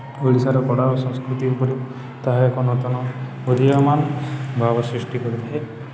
ଓଡ଼ିଶାର କଳା ଓ ସଂସ୍କୃତି ଉପରେ ତାହା ଏକ ନୂତନ ଉଦୀୟମାନ ଭାବ ସୃଷ୍ଟି କରିଥାଏ